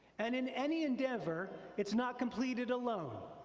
and in any endeavor, it's not completed alone.